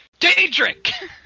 Daedric